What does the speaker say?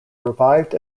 revived